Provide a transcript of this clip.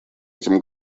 этим